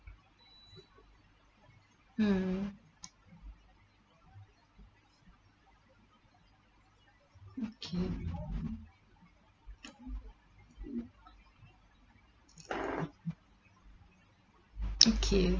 mm okay okay